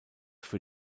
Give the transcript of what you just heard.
für